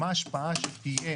מה השפעה שתהיה